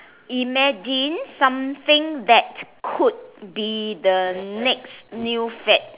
imagine something that could be the next new fad